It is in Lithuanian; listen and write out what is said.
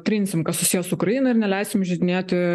trinsim kas susiję su ukraina ir neleisim įžeidinėti